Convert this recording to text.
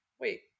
wait